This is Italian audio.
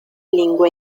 lingua